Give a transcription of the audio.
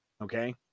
okay